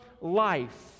life